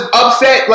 upset